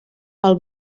pel